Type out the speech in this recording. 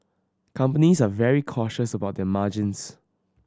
companies are very cautious about their margins